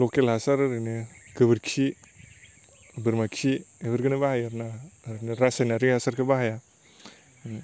लकेल हासार ओरैनो गोबोरखि बोरमा खि बेफोरखोनो बाहायो आरो ना रासायनारि हासारखौ बाहाया